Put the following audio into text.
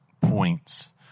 points